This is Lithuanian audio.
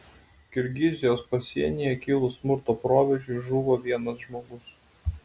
kirgizijos pasienyje kilus smurto proveržiui žuvo vienas žmogus